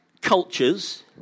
cultures